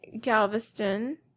Galveston